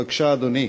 בבקשה, אדוני.